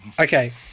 Okay